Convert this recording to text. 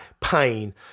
pain